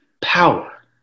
Power